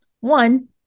one